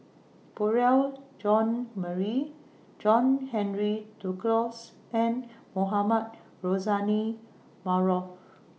Beurel John Marie John Henry Duclos and Mohamed Rozani Maarof